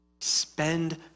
Spend